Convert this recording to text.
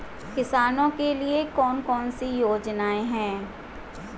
किसानों के लिए कौन कौन सी योजनाएं हैं?